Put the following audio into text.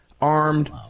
armed